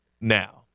now